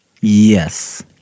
Yes